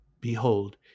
behold